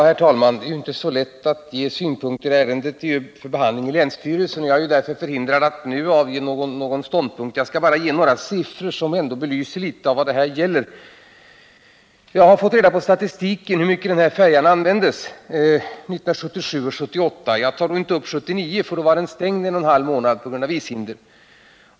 Herr talman! Det är inte så lätt att ge några synpunkter, eftersom ärendet är i länsstyrelsen för behandling. Jag är därför förhindrad att nu ange någon ståndpunkt, men jag skall ändå lämna några siffror som belyser vad det här gäller. Jag har fått statistik på hur mycket färjan användes 1977 och 1978. - Jag tar inte upp siffrorna för 1979, eftersom färjetrafiken var inställd i en och en halv månad i år på grund av ishinder.